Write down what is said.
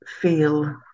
feel